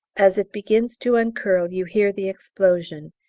as it begins to uncurl you hear the explosion,